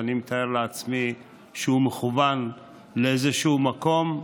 ואני מתאר לעצמי שהוא מכוון לאיזשהו מקום.